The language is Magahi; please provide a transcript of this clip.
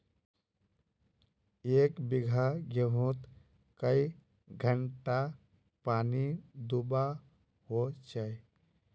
एक बिगहा गेँहूत कई घंटा पानी दुबा होचए?